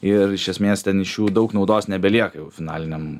ir iš esmės ten iš jų daug naudos nebelieka jau finaliniam